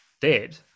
dead